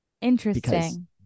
interesting